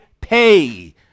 pay